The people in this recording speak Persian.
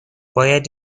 باید